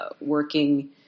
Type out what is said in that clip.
working